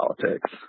politics